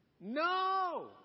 No